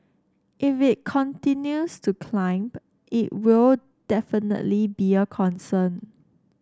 if it continues to climb it will definitely be a concern